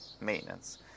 maintenance